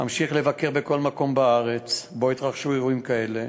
אמשיך לבקר בכל מקום בארץ שבו יתרחשו אירועים כאלה,